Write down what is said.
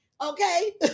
Okay